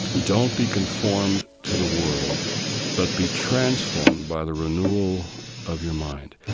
don't be conformed to the world but be transformed by the renewal of your mind.